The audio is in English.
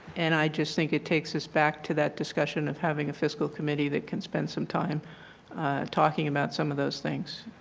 and i just think it takes us back to that discussion of having a fiscal committee that can spend some time talking about some of those things.